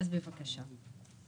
אז בבקשה.